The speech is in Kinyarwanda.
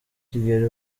kigeli